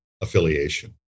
affiliation